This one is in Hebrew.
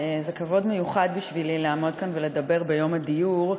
זה כבוד מיוחד בשבילי לעמוד כאן ולדבר ביום הדיור,